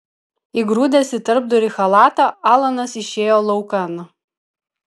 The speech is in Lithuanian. įgrūdęs į tarpdurį chalatą alanas išėjo laukan